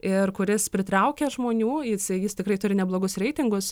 ir kuris pritraukia žmonių jisai jis tikrai turi neblogus reitingus